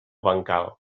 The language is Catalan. bancal